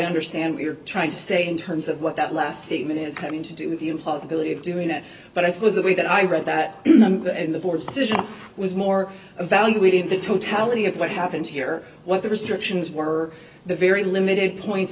understand what you're trying to say in terms of what that last statement is coming to do with the impossibility of doing that but i suppose the way that i read that in the board's decision was more evaluating the totality of what happened here what the restrictions were the very limited points